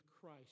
Christ